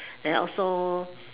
and also